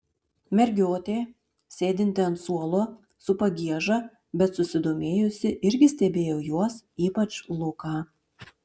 mergiotė sėdinti ant suolo su pagieža bet susidomėjusi irgi stebėjo juos ypač luką